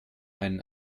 einen